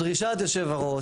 דרישת יושב הראש,